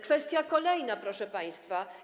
Kwestia kolejna, proszę państwa.